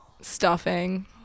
stuffing